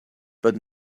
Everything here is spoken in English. but